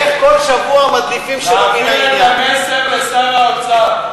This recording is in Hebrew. איך כל שבוע מדליפים, תעביר את המסר לשר האוצר.